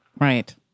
right